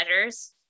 measures